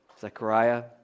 Zechariah